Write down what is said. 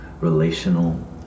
relational